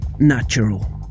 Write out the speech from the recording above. natural